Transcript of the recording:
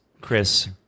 Chris